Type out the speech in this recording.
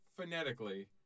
phonetically